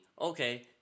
Okay